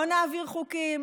לא נעביר חוקים,